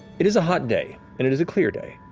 it is a hot day, and it is a clear day.